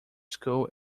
school